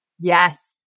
Yes